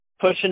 pushing